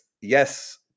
yes